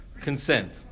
consent